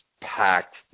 packed